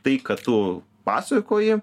tai kad tu pasakoji